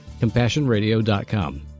CompassionRadio.com